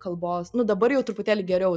kalbos nu dabar jau truputėlį geriau